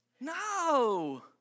No